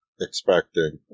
expecting